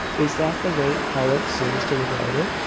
is that the way powart seems to regard it?